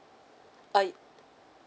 err